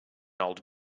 old